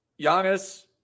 Giannis